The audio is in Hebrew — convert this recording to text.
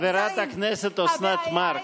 חברת הכנסת אוסנת מארק,